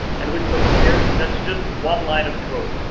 and with puppeteer, that's just one line of code.